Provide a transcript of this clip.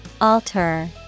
Alter